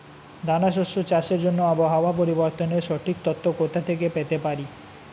দানা শস্য চাষের জন্য আবহাওয়া পরিবর্তনের সঠিক তথ্য কোথা থেকে পেতে পারি?